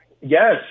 Yes